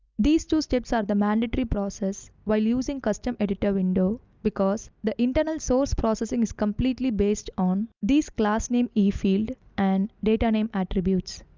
these two steps are the mandatory process, while using custom editor window, because the internal source processing is completely based on these classname e-field, and data name attributes.